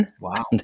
Wow